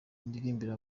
ndirimbira